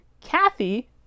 Kathy